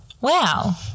Wow